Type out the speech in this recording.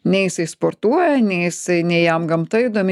nei jisai sportuoja nei jisai nei jam gamta įdomi